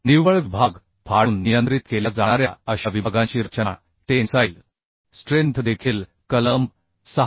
निव्वळ विभाग फाडून नियंत्रित केल्या जाणाऱ्या अशा विभागांची रचना टेन्साईल स्ट्रेंथ देखील कलम 6